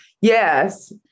Yes